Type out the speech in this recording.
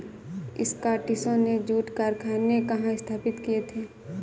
स्कॉटिशों ने जूट कारखाने कहाँ स्थापित किए थे?